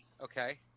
Okay